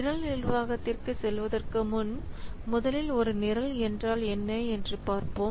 நிரல் நிர்வாகத்திற்குச் செல்வதற்கு முன் முதலில் ஒரு நிரல் என்றால் என்ன என்று பார்ப்போம்